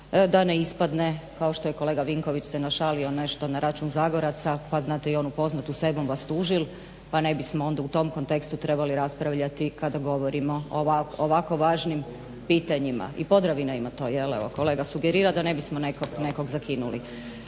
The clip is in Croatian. da ne ispadne kao što je kolega Vinković se našalio nešto na račun Zagoraca, pa znate i onu poznatu "Se bum vas tužil" pa ne bismo onda u tom kontekstu trebali raspravljati kada govorimo o ovako važnim pitanjima. I Podravina ima to jel evo kolega sugerira da ne bismo nekog zakinuli.